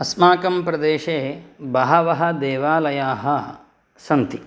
अस्माकं प्रदेशे बहवः देवालयाः सन्ति